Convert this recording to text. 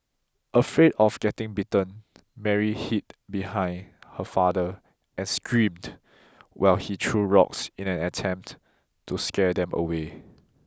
afraid of getting bitten Mary hid behind her father and screamed while he threw rocks in an attempt to scare them away